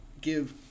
give